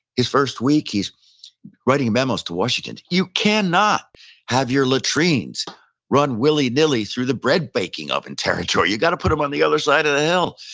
his first week, he's writing memos to washington, you cannot have your latrines run willy nilly through the bread baking oven territory, you've got to put them on the other side of the hill.